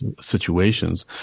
situations